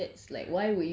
ya